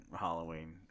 Halloween